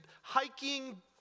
hiking